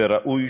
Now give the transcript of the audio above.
וראוי,